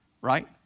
right